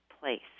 place